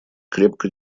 крепко